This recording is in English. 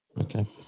Okay